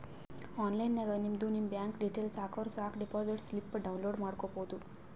online ನಾಗ್ ನಿಮ್ದು ನಿಮ್ ಬ್ಯಾಂಕ್ ಡೀಟೇಲ್ಸ್ ಹಾಕುರ್ ಸಾಕ್ ಡೆಪೋಸಿಟ್ ಸ್ಲಿಪ್ ಡೌನ್ಲೋಡ್ ಮಾಡ್ಕೋಬೋದು